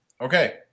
Okay